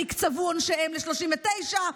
שנקצבו עונשיהם ל-39,